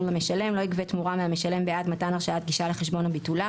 למשלם לא יגבה תמורה מהמשלם בעד מתן הרשאת גישה לחשבון או ביטולה